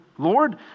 Lord